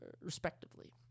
respectively